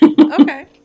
Okay